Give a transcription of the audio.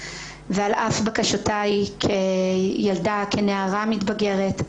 ועל אף בקשותיי כילדה וכנערה מתבגרת,